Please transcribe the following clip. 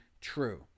true